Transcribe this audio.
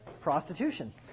prostitution